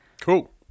Cool